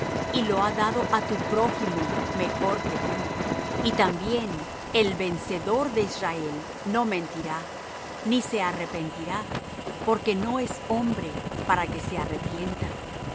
y lo ha dado á tu prójimo mejor que tú y también el vencedor de israel no mentirá ni se arrepentirá porque no es hombre para que se arrepienta